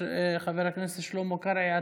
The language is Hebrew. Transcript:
חבר הכנסת שלמה קרעי,